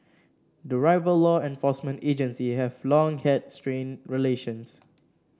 the rival law enforcement agency have long had strained relations